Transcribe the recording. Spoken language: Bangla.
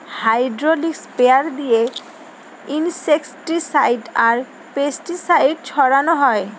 হ্যাড্রলিক স্প্রেয়ার দিয়ে ইনসেক্টিসাইড আর পেস্টিসাইড ছড়ানো হয়